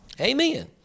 Amen